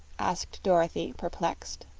asked dorothy, perplexed.